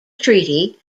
treaty